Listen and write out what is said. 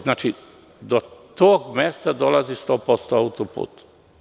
Znači, do tog mesta dolazi 100% autoput.